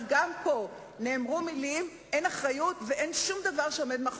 שלא לדבר על תוכניות ממשלתיות לפריפריה ולמגזרים השונים.